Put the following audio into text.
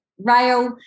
rail